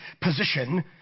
position